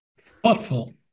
Thoughtful